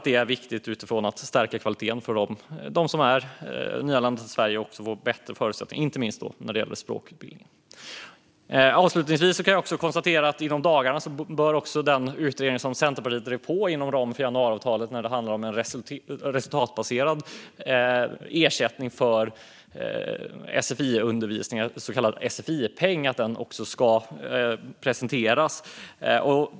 Det är viktigt utifrån att stärka kvaliteten för dem som är nyanlända till Sverige och ge dem bättre förutsättningar, inte minst när det gäller språkutbildning. Avslutningsvis kan jag också konstatera att den utredning om resultatbaserad ersättning för sfi-undervisning, så kallad sfi-peng, som Centerpartiet drev på för inom ramen för januariavtalet i dagarna ska presenteras.